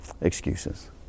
Excuses